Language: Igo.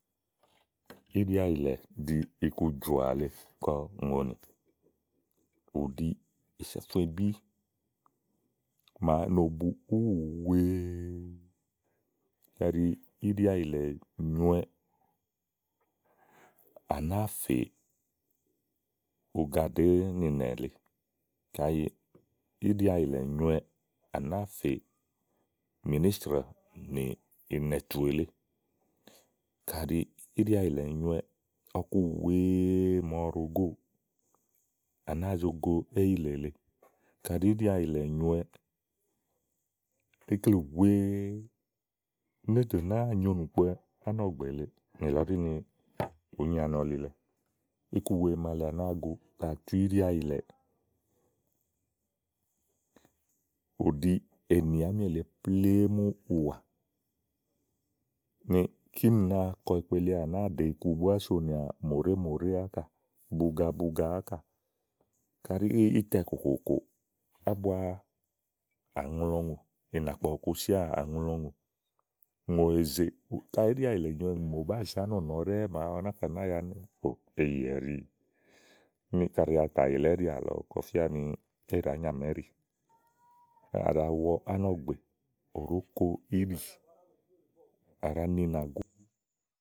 íɖìàyìlɛ ɖiì ikujɔ̀à le kɔ ùŋonì. ù ɖi ìsáfuebí màa no bu úwù wèe. kaɖi íɖìàyìlɛ nyòo wɛ à nàáa fè ugaɖèé nìnɛ lèe. kayi íɖìàyìlɛ̀ nyòo wɛ ɔku wèe màa ɔwɔ ɖòo góò, à nàáa zo go éyìlè lèe kàɖi íɖí àyìlɛ̀ nyòowɛ ikle wèe nòdo nàáa nyo ìnùkpowɛ ánɔ̀gbè lèeè nì lɔ ɖí ni ùúnyi ani ɔlilɛ iku wèe màa lèe à nàáa go ka à tu íɖìàyìlɛ ù ɖi ènì àámi èle plémú ùwà. úni kínì nàáa kɔ ekpelíwɛ à nàáa ɖè iku búá sònìà mòɖèé mòɖèé ákà, buga buga ákà káɖi ni ítɛ kòkòòkòò ábua àŋlɔùŋò, ìnàkpɔ̀ ɔ̀ku si ányia àŋlɔùŋò, ùŋò èzè kaɖi íɖìayì lɛ̀ zìiwɛ mò bàáa zè ánɔ̀ nɔ ɖɛ́ɛ màa ɔwɔ náka nàáa ya ɖɛ́ɛ, ò, éyi ɛɖíi. úni kayi àtà yìlɛ̀ íɖì àlɔ kɔ fía ni ée ɖàá nyamà íɖì, à ɖa wɔ ánɔ̀gbè, ɖòó ko íɖì à ɖa ni ìnàgúgú.